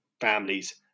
families